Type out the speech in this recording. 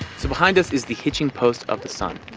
so behind us is the hitching post of the sun.